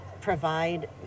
provide